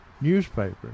newspaper